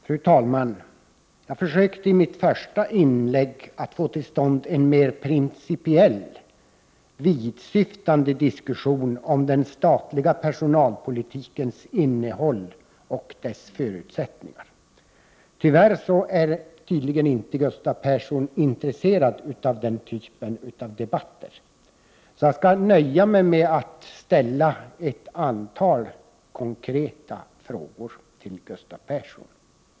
Fru talman! Jag försökte i mitt första inlägg få till stånd en mera principiell och vidsyftande diskussion om den statliga personalpolitikens innehåll och förutsättningar. Tyvärr är tydligen inte Gustav Persson intresserad av den typen av debatter. Jag skall nöja mig med att ställa ett antal konkreta frågor till Gustav Persson. 1.